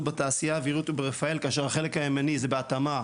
בתעשייה והאווירית ורפאל כאשר החלק הימני זה בהתאמה